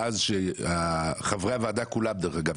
מאז שחברי הוועדה כולם דרך אגב,